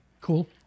Cool